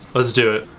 lets do it.